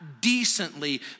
decently